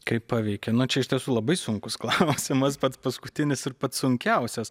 kaip paveikė na čia iš tiesų labai sunkus klausimas pats paskutinis ir pats sunkiausias